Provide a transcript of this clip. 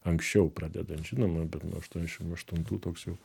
anksčiau pradedant žinoma bet nuo aštuoniasdešim aštuntų toks jau